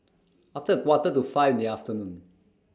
after A Quarter to five in The afternoon